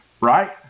right